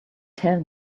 tell